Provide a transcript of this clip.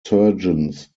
surgeons